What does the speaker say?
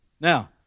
Now